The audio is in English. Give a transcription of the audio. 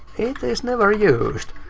it is never used.